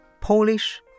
Polish